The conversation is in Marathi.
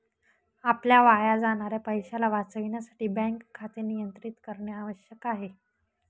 आपल्या वाया जाणाऱ्या पैशाला वाचविण्यासाठी बँक खाते नियंत्रित करणे आवश्यक आहे